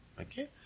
Okay